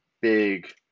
big